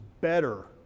better